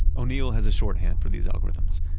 o'neil has a shorthand for these algorithms,